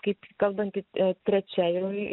kaip kalbanti a trečia jau